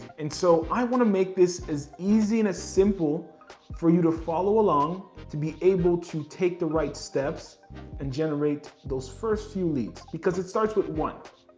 and so i wanna make this as easy and as simple for you to follow along to be able to take the right steps and generate those first few leads because it starts with one,